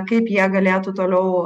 kaip jie galėtų toliau